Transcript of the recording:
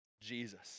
Jesus